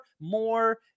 more